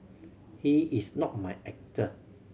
he is not my actor